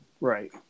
Right